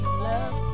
love